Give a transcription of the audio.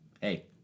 Hey